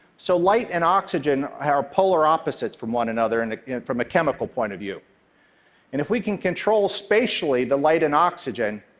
so light and oxygen are polar opposites from one another and from a chemical point of view, and if we can control spatially the light and oxygen,